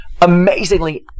amazingly